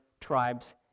tribes